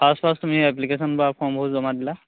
first first তুমি application বা ফৰ্মবোৰ জমা দিলা